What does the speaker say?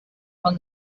from